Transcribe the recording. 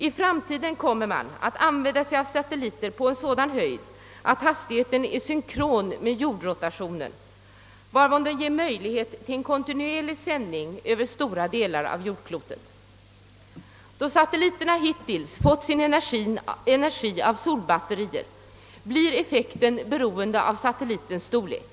I framtiden kommer man att använda sig av satelliter på en sådan höjd att hastigheten är synkron med jordrotationen, varigenom de ger möjlighet till kontinuerlig sändning över stora delar av jordklotet. Då satelliterna hittills fått sin energi av solbatterier blir effekten beroende av satellitens storlek.